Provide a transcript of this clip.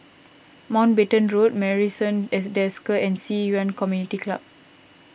Mountbatten Road Marrison at Desker and Ci Yuan Community Club